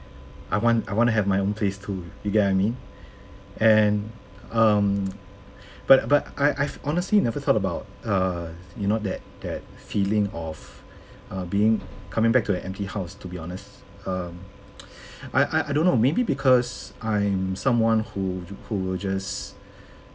I want I want to have my own place too you get what I mean and um but but I I've honestly never thought about uh you know that that feeling of uh being coming back to an empty house to be honest um I I don't know maybe because I'm someone who who will just